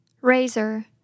Razor